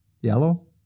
Yellow